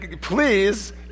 Please